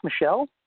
Michelle